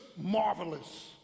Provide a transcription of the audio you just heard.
marvelous